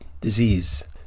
disease